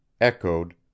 echoed